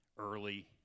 Early